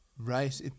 Right